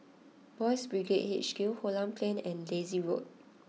Boys' Brigade H Q Holland Plain and Daisy Road